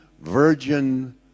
virgin